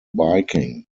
biking